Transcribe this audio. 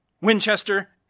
Winchester